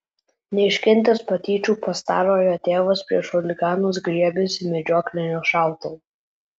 neiškentęs patyčių pastarojo tėvas prieš chuliganus griebėsi medžioklinio šautuvo